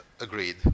agreed